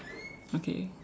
okay